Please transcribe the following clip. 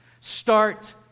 Start